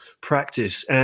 practice